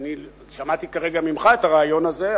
שמעתי כרגע ממך את הרעיון הזה.